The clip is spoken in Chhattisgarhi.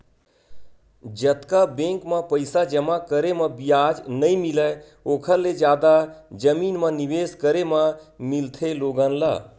जतका बेंक म पइसा जमा करे म बियाज नइ मिलय ओखर ले जादा जमीन म निवेस करे म मिलथे लोगन ल